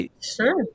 Sure